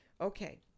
Okay